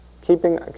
Keeping